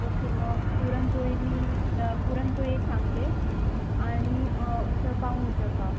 okay मग पुरणपोळी मी पुरणपोळी सांगते आणि उसळ पाव मिसळ पाव